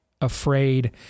afraid